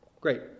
Great